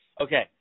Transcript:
Okay